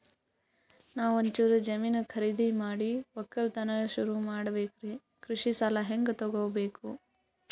ನಾ ಒಂಚೂರು ಜಮೀನ ಖರೀದಿದ ಮಾಡಿ ಒಕ್ಕಲತನ ಸುರು ಮಾಡ ಬೇಕ್ರಿ, ಕೃಷಿ ಸಾಲ ಹಂಗ ತೊಗೊಬೇಕು?